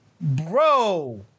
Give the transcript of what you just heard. bro